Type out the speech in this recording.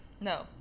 no